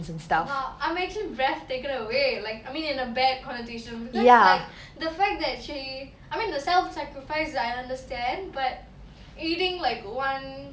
!wow! I'm actually breath taken away like I mean in a bad connotation because like the fact that she I mean the self sacrifice I understand but eating like one